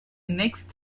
next